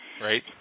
Right